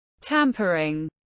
tampering